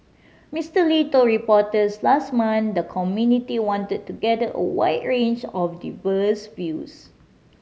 Mister Lee told reporters last month the committee wanted to gather a wide range of diverse views